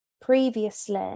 previously